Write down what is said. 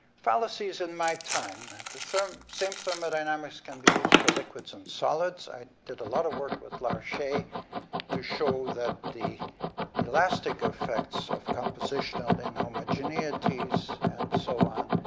fallacies in my time, the so same thermodynamics can be used for liquids and solids. i did a lot of work larche to show that the elastic effects of compositional inhomogeneities, and so on,